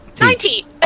Ninety